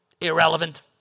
irrelevant